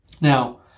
Now